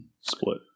Split